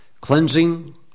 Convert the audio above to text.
Cleansing